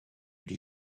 les